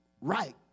right